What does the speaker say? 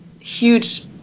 huge